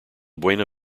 buena